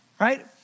right